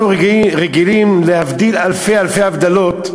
אנחנו רגילים, להבדיל אלפי-אלפי הבדלות,